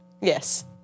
Yes